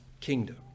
kingdom